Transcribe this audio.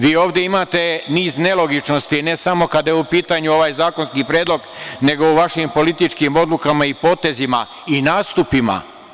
Vi ovde imate niz nelogičnosti, ne samo kada je u pitanju ovaj zakonski predlog, nego u vašim političkim odlukama i potezima i nastupima.